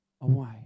away